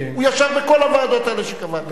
הוא ישב בכל הוועדות האלה שקבעתם,